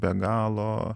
be galo